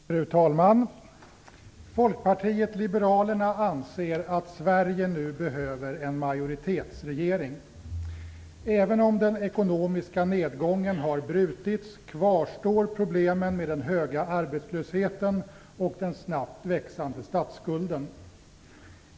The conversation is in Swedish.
Fru talman! Folkpartiet liberalerna anser att Sverige behöver en majoritetsregering. Även om den ekonomiska nedgången har brutits, kvarstår problemen med den höga arbetslösheten och den snabbt växande statsskulden.